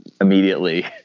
immediately